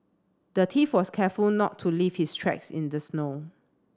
the thief was careful not to leave his tracks in the snow